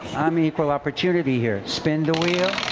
i'm equal opportunity here. spin the wheel.